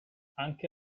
anche